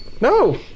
No